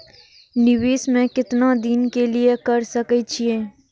निवेश में केतना दिन के लिए कर सके छीय?